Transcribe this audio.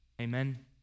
Amen